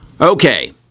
Okay